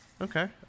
Okay